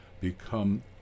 Become